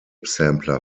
sampler